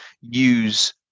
use